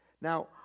Now